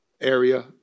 area